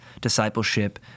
Discipleship